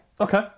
Okay